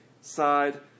side